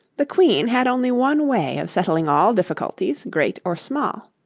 the queen had only one way of settling all difficulties, great or small.